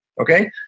Okay